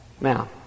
Now